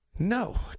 No